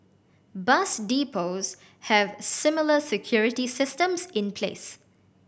bus depots have similar security systems in place